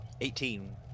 Eighteen